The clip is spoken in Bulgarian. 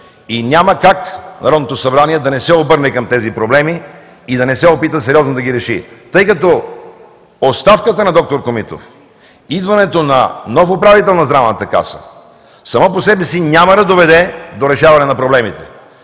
и няма как Народното събрание да не се обърне към тези проблеми и да не се опита сериозно да ги реши, тъй като оставката на д-р Комитов, идването на нов управител на Здравната каса, само по себе си няма да доведе до решаване на проблемите.